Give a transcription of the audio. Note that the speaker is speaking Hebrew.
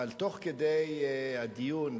אבל תוך כדי הדיון,